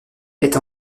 est